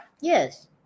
yes